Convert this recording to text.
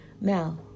Now